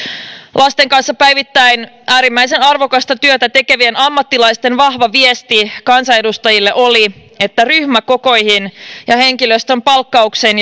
lasten kanssa päivittäin äärimmäisen arvokasta työtä tekevien ammattilaisten vahva viesti kansanedustajille oli että ryhmäkokoihin ja henkilöstön palkkaukseen